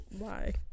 Bye